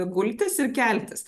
gultis ir keltis